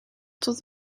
tot